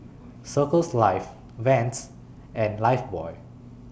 Circles Life Vans and Lifebuoy